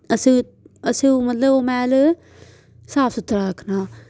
असें असें ओह् मतलब ओह् मैह्ल साफ सुथरा रक्खना